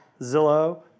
Zillow